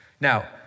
Now